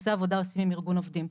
יחסי עבודה עושים עם ארגון עובדים.